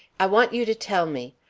i want you to tell me.